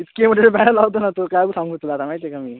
इतके मोठे बॅनर लावतो नं तो काय सांगू तुला आता माहिती आहे का मी